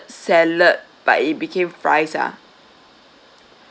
salad but it became fries uh